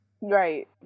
Right